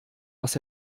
was